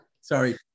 Sorry